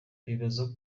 bibaza